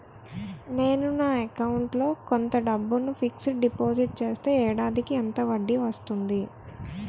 నేను నా అకౌంట్ లో కొంత డబ్బును ఫిక్సడ్ డెపోసిట్ చేస్తే ఏడాదికి ఎంత వడ్డీ వస్తుంది?